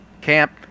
camp